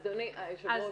אדוני היושב ראש,